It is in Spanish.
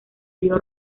río